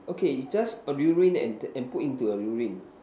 okay you just urine and and put into your urine